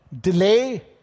Delay